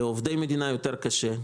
לעובדי מדינה יותר קשה,